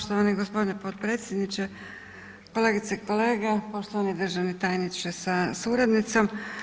Poštovani g. potpredsjedniče, kolegice i kolege, poštovani državni tajniče sa suradnicom.